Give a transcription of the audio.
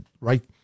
right